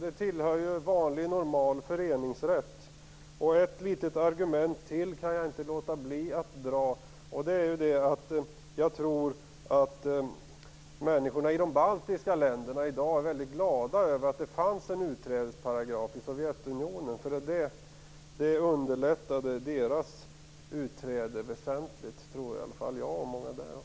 Det tillhör vanlig, normal föreningsrätt. Jag kan inte låta bli att ta upp ytterligare ett litet argument. Jag tror att människorna i de baltiska länderna i dag är glada över att det fanns en utträdesparagraf i Sovjetunionen. Det underlättade deras utträde väsentligt, tror i alla fall jag och många där.